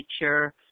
nature